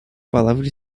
palavra